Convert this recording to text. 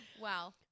Wow